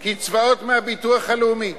קצבאות מהביטוח הלאומי,